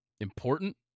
important